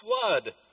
flood